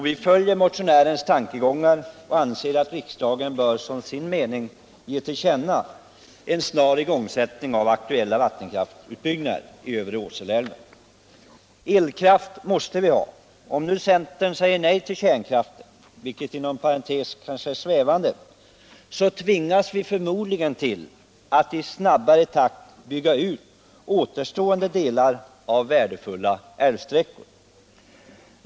Vi följer motionärens tan kegångar och anser att riksdagen bör som sin mening ge till känna att det skall ske en snar igångsättning av aktuella vattenkraftsutbyggnader i övre Åseleälven. Elkraft måste vi ha, och om nu centern säger nej till kärnkraften — vilket inom parentes är mycket svävande — så tvingas vi förmodligen till att i snabbare takt bygga ut återstående delar av värdefulla älvsträckor.